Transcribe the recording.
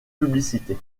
publicité